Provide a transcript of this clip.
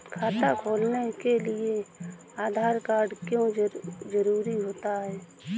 खाता खोलने के लिए आधार कार्ड क्यो जरूरी होता है?